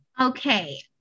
Okay